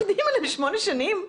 עובדים עליהן שמונה שנים?